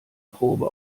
probe